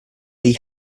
lee